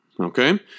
Okay